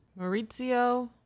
Maurizio